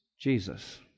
Jesus